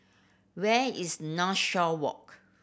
where is Northshore Walk